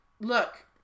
look